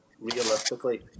realistically